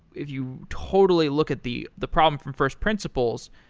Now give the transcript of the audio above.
if you totally look at the the problem from first principles,